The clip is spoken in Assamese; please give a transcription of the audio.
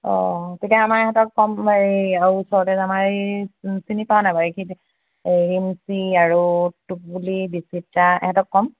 অঁ তেতিয়া আমাৰ ইহঁতক কম এই আৰু ওচৰতে যে আমাৰ এই চিনি পোৱানে বাৰু এইখিনিতে এই ৰিম্পী আৰু তুকবুলি বিচিত্ৰা ইহঁতক ক'ম